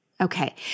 Okay